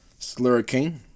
slurricane